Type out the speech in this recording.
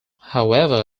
however